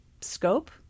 scope